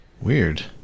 Weird